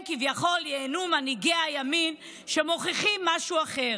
כביכול ייהנו מנהיגי הימין שמוכיחים משהו אחר: